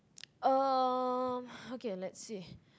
um okay let's see